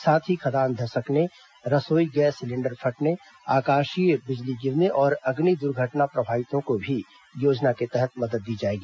साथ ही खदान धसकने रसोई गैस सिलेण्डर फटने आकाशीय बिजली गिरने और अग्नि दुर्घटना प्रभावितों को भी योजना के तहत मदद दी जाएगी